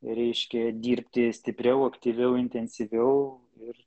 reiškia dirbti stipriau aktyviau intensyviau ir